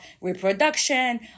reproduction